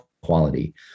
quality